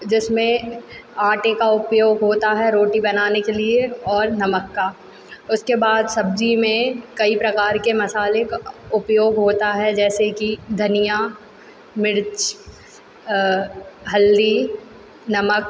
जिसमें आटे का उपयोग होता है रोटी बनाने के लिए और नमक का उसके बाद सब्जी में कई प्रकार के मसाले का अ उपयोग होता है जैसे कि धनिया मिर्च हल्दी नमक